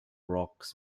rocks